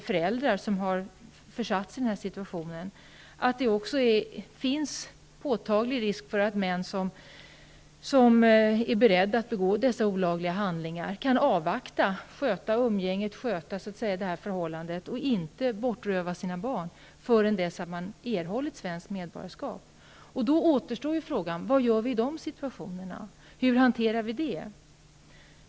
Föräldrar som har försatts i denna situation har berättat, att det finns en påtaglig risk att män som är beredda att begå dessa olagliga handlingar avvaktar, dvs. sköter sina förhållanden, och rövar inte bort barnen förrän de har erhållit svenskt medborgarskap. Då återstår frågan vad vi gör i de situationerna.